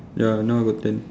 ya now I got ten